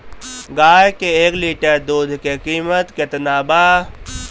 गाय के एक लिटर दूध के कीमत केतना बा?